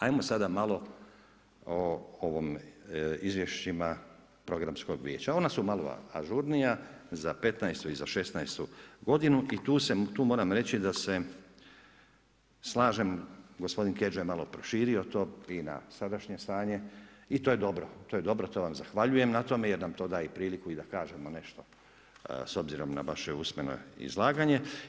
Ajmo sada malo o ovim izvješćima Programskog vijeća, ona su malo ažurnija za '15.-tu i za '16.-tu godinu i tu moram reći da se slažem gospodin Kedža je malo proširio to i na sadašnje stanje i to je dobro, to vam zahvaljujem na tome jer nam to daje i priliku i da kažemo nešto s obzirom na vaše usmeno izlaganje.